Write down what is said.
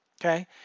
Okay